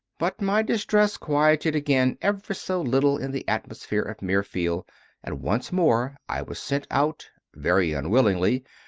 but my distress quieted again ever so little in the atmosphere of mirfield, and once more i was sent out, very unwillingly,